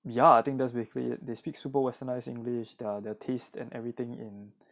ya I think that's basically they speak super westernized english their taste and everything in